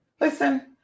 Listen